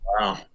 Wow